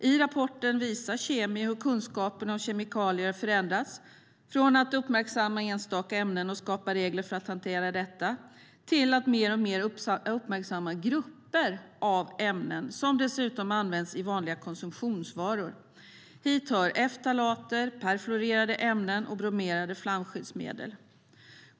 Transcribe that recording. I rapporten visar Kemikalieinspektionen hur kunskapen om kemikalier har förändrats, från att uppmärksamma enstaka ämnen och skapa regler för att hantera detta till att mer och mer uppmärksamma grupper av ämnen som dessutom används i vanliga konsumtionsvaror. Hit hör ftalater, perfluorerade ämnen och bromerade flamskyddsmedel.